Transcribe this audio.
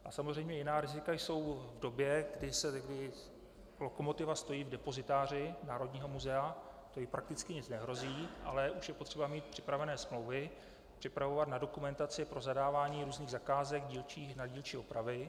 A samozřejmě jiná rizika jsou v době, kdy lokomotiva stojí v depozitáři národního muzea, to ji prakticky nic nehrozí, ale už je potřeba mít připravené smlouvy, připravovat dokumentaci pro zadávání různých zakázek na dílčí opravy.